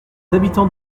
habitans